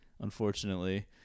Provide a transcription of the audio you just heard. unfortunately